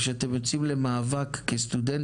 ואני גם יו"ר פורום נשיאי ונשיאות המכללות לחינוך.